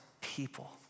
people